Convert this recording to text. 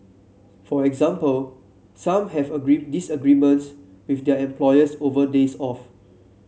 for example some have disagreements with their employers over days off